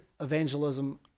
evangelism